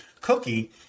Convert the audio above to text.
Cookie